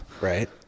Right